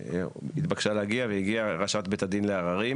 התבקשה להגיע והגיעה ראשת בית הדין לעררים